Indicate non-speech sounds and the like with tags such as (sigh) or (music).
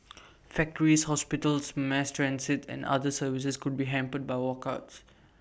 (noise) factories hospitals mass transit and other services could be hampered by walkouts